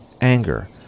anger